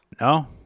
No